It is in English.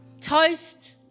toast